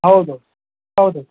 ಹೌದು ಹೌದು